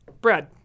Brad